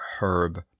herb